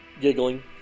Giggling